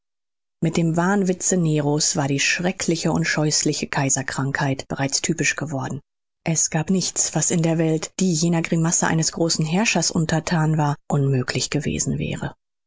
mit dem wahnwitze nero's war die schreckliche und scheußliche kaiserkrankheit bereits typisch geworden es gab nichts was in der welt die jener grimasse eines großen herrschers unterthan war unmöglich gewesen wäre